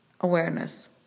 awareness